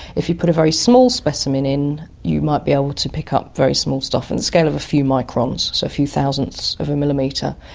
if you put a very small specimen in you might be able to pick up very small stuff in the scale of a few microns, so a few thousandths of a millimetre.